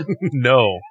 No